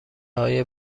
های